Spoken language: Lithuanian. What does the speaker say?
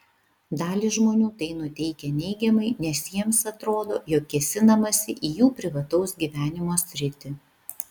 dalį žmonių tai nuteikia neigiamai nes jiems atrodo jog kėsinamasi į jų privataus gyvenimo sritį